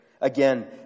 Again